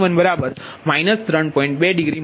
2 degree